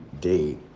day